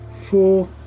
four